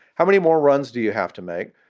how many more runs do you have to make?